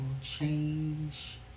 change